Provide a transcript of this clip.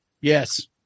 Yes